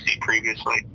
previously